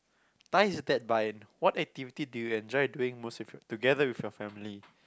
ties that bind what activity do you enjoy doing most together with your family